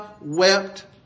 wept